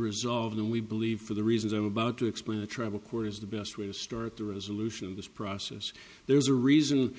resolved and we believe for the reasons i'm about to explain to travel court is the best way to start the resolution of this process there's a reason